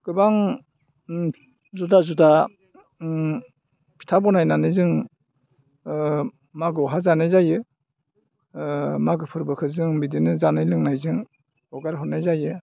गोबां जुदा जुदा फिथा बनायनानै जों मागोआवहा जानाय जायो मागो फोरबोखौ जों बिदिनो जानाय लोंनायजों हगार हरनाय जायो